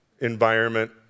environment